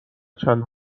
چند